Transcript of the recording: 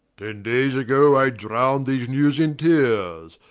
ten dayes ago, i drown'd these newes in teares.